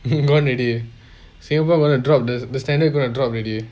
gone already singapore going to drop the standard gonig to drop already